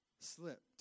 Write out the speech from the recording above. Slipped